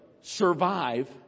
survive